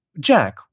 Jack